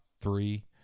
three